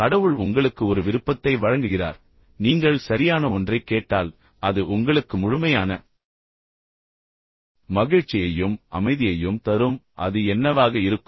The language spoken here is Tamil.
கடவுள் உங்களுக்கு ஒரு விருப்பத்தை வழங்குகிறார் நீங்கள் சரியான ஒன்றைக் கேட்டால் அது உங்களுக்கு முழுமையான மகிழ்ச்சியையும் அமைதியையும் தரும் அது என்னவாக இருக்கும்